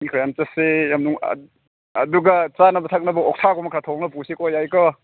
ꯃꯤ ꯈꯔ ꯌꯥꯝ ꯆꯠꯁꯦ ꯌꯥꯝ ꯑꯗꯨꯒ ꯆꯥꯅꯕ ꯊꯛꯅꯕ ꯑꯣꯛꯁꯥꯒꯨꯝꯕ ꯈꯔ ꯊꯣꯡꯉ ꯄꯨꯁꯤꯀꯣ ꯌꯥꯏꯀꯣ